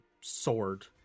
sword